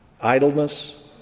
idleness